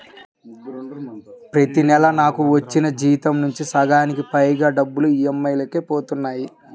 ప్రతి నెలా నాకు వచ్చిన జీతం నుంచి సగానికి పైగా డబ్బులు ఈఎంఐలకే పోతన్నాయి